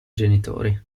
genitori